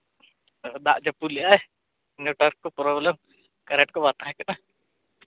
ᱫᱟᱜ ᱡᱟᱹᱯᱩᱫ ᱞᱮᱫᱟᱭ ᱱᱮᱹᱴᱳᱣᱟᱨᱠ ᱠᱚ ᱯᱨᱚᱵᱞᱮᱢ ᱠᱟᱨᱮᱱᱴ ᱠᱚ ᱵᱟᱝ ᱛᱟᱦᱮᱸ ᱠᱟᱱᱟ